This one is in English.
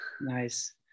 Nice